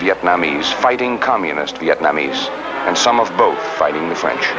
vietnamese fighting communist vietnamese and some of both fighting the french